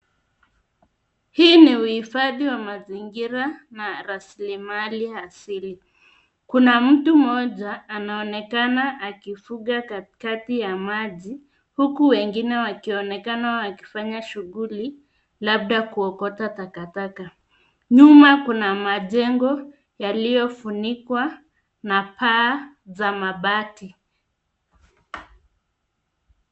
Hii ni uhifadhi wa mazingira na rasilimali asili, kuna mtu mmoja anaonekana akivuka kati ya maji huku wengine wakionekana wakifanya shughuli labda kuokota takataka, nyuma kuna majengo yaliyofunikwa na paa za mabati.